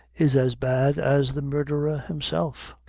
is as bad as the murdherer himself.